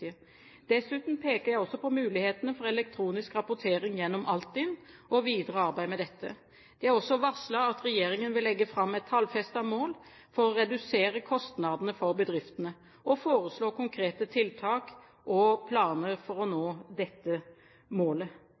Dessuten peker jeg også på mulighetene for elektronisk rapportering gjennom Altinn og videre arbeid med dette. Det er også varslet at regjeringen vil legge fram et tallfestet mål for å redusere kostnadene for bedriftene og foreslå konkrete tiltak og planer for å nå dette målet.